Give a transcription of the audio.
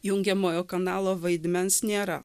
jungiamojo kanalo vaidmens nėra